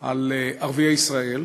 על ערביי ישראל,